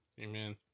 Amen